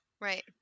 right